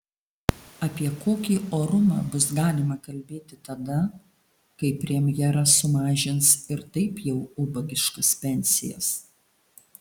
apie kokį orumą bus galima kalbėti tada kai premjeras sumažins ir taip jau ubagiškas pensijas